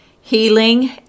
healing